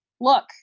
Look